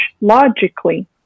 logically